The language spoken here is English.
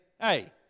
hey